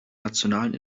nationalen